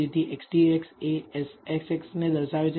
તેથી XTX એ SXX ને દર્શાવે છે